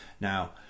Now